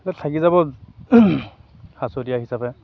এইবোৰ থাকি যাব সাঁচতীয়া হিচাপে